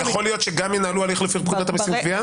יכול להיות שגם ינהלו הליך לפי פקודת המיסים (גבייה)?